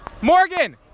Morgan